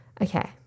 Okay